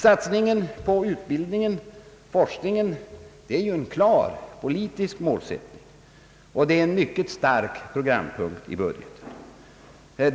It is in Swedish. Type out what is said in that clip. Satsningen på utbildning och forskning är en klar politisk målsättning, och det är en mycket stark programpunkt i budgeten.